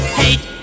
hate